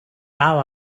аав